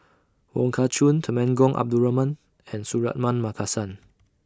Wong Kah Chun Temenggong Abdul Rahman and Suratman Markasan